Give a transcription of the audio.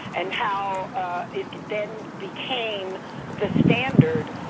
and how it then became the standard,